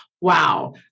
wow